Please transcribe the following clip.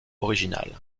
original